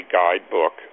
guidebook